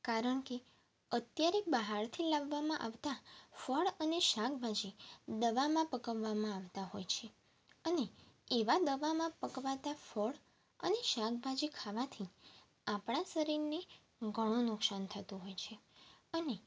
કારણ કે અત્યારે બહારથી લાવવામાં આવતા ફળ અને શાકભાજી દવામાં પકવવામાં આવતાં હોય છે અને એવાં દવામાં પકવાતાં ફળ અને શાકભાજી ખાવાથી આપણાં શરીરને ઘણું નુકસાન થતું હોય છે અને